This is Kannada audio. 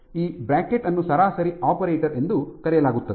ಈ ಬ್ರಾಕೆಟ್ ಅನ್ನು ಸರಾಸರಿ ಆಪರೇಟರ್ ಎಂದು ಕರೆಯಲಾಗುತ್ತದೆ